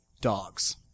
Dogs